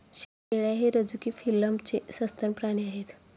शेळ्या हे रझुकी फिलमचे सस्तन प्राणी आहेत